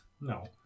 No